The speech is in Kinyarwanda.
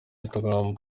instagram